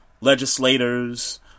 legislators